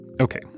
Okay